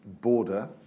border